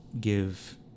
give